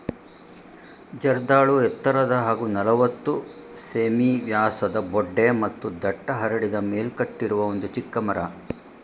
ಜರ್ದಾಳು ಎತ್ತರದ ಹಾಗೂ ನಲವತ್ತು ಸೆ.ಮೀ ವ್ಯಾಸದ ಬೊಡ್ಡೆ ಮತ್ತು ದಟ್ಟ ಹರಡಿದ ಮೇಲ್ಕಟ್ಟಿರುವ ಒಂದು ಚಿಕ್ಕ ಮರ